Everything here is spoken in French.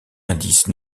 indice